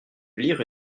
lire